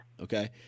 Okay